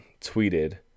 tweeted